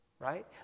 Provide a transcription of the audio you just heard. right